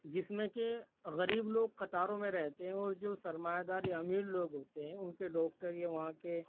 جس میں کہ غریب لوگ قطاروں میں رہتے ہیں اور جو سرمایہ دار یا امیر لوگ ہوتے ہیں ان کے ڈاکٹر یا وہاں کے